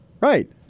Right